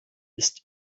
ist